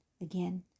again